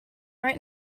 right